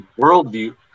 worldview